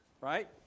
right